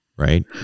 Right